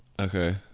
Okay